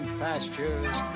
pastures